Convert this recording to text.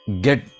get